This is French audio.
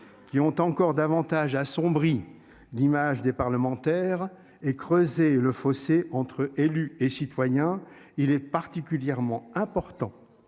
qui ont encore davantage assombri d'image des parlementaires et creuser le fossé entre élus et citoyens. Il est particulièrement important.